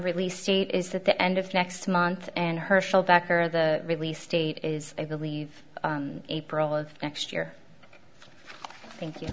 release date is that the end of next month and herschel back or the release date is they believe april of next year thank you